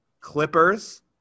Clippers